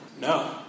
No